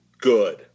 good